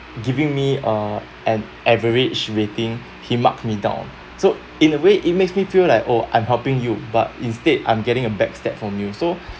giving me uh an average rating he marked me down so in a way it makes me feel like oh I'm helping you but instead I'm getting a back stab from you so